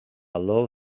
low